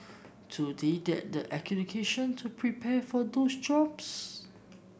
do they get the education to prepare for those jobs